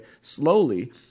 slowly